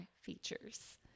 features